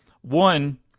One